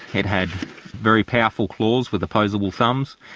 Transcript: it had very powerful claws with opposable thumbs.